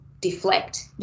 deflect